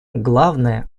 главное